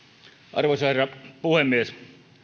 arvoisa herra puhemies